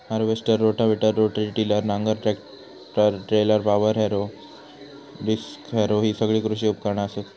harvester, rotavator, rotary tiller, नांगर, tractor trailer, power harrow, disc harrow हि सगळी कृषी उपकरणा असत